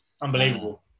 unbelievable